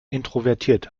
introvertiert